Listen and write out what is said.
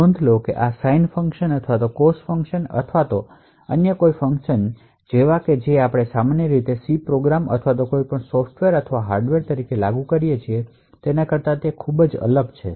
નોંધ લો કે આ સાઈન ફંક્શન અથવા કોસ ફંક્શન અથવા અન્ય કોઈ ફંકશન જેવા કે જે આપણે સામાન્ય રીતે સી પ્રોગ્રામ અથવા કોઈપણ સોફ્ટવેર અથવા હાર્ડવેર તરીકે લાગુ કરીએ છીએ તેના કરતા ખૂબ અલગ છે